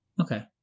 Okay